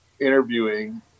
interviewing